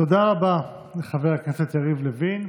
תודה רבה לחבר הכנסת יריב לוין,